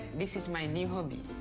this is my new hobby.